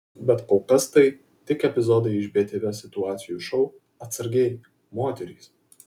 bet kol kas tai tik epizodai iš btv situacijų šou atsargiai moterys